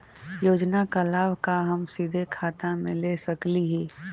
योजना का लाभ का हम सीधे खाता में ले सकली ही?